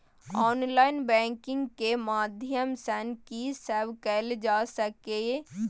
Online banking के माध्यम सं की सब कैल जा सके ये?